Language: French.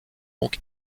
donc